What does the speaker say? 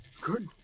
Good